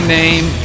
name